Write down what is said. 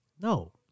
No